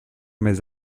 mes